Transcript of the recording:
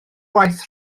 gwaith